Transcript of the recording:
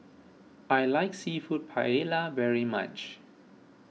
I like Seafood Paella very much